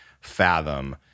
fathom